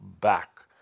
back